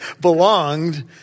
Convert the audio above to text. belonged